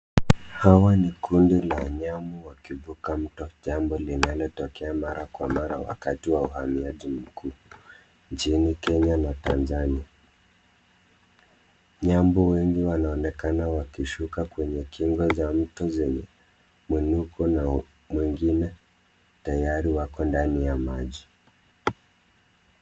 Hawa ni kundi la wanyama wakivuka mto, jambo linalotokea mara kwa mara wakati w uhamiaji mkuu nchini Kenya na Tanzania. Nyambu wengi wanaonekana wakishuka kwenye kingo za mto zenye muiniko na wengine tayari wako ndani ya maji.